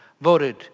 Voted